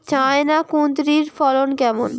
China কুঁদরীর ফলন কেমন?